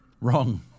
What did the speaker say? Wrong